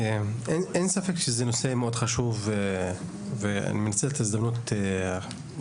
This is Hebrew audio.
אין ספק שזה נושא מאוד חשוב ואני מנצל את ההזדמנות מכאן,